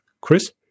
Chris